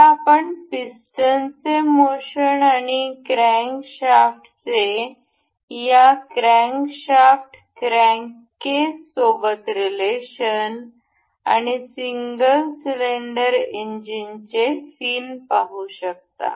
आता आपण या पिस्टनचे मोशन आणि क्रॅन्कशाफ्टचे या क्रॅन्कशाफ्ट क्रॅन्क केस सोबत रिलेशन आणि सिंगल सिलिंडर इंजिनचे फिन पाहू शकता